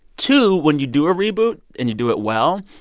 two when you do a reboot and you do it well,